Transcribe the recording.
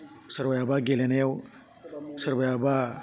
सोरबायाबा गेलेनायाव सोबायाबा